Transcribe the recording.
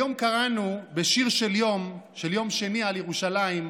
היום קראנו בשיר של יום, של יום שני, על ירושלים: